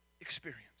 experience